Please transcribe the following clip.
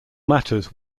matters